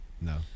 no